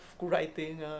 writing